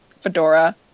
fedora